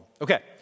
Okay